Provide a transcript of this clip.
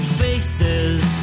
faces